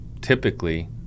typically